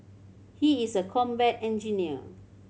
he is a combat engineer